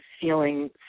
feeling